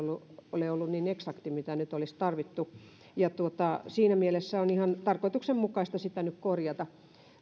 ole ollut niin eksakti kuin nyt olisi tarvittu siinä mielessä on ihan tarkoituksenmukaista sitä nyt korjata